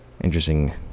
interesting